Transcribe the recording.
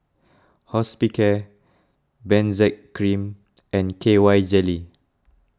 Hospicare Benzac Cream and K Y Jelly